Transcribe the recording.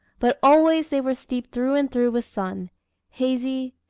but always they were steeped through and through with sun hazy,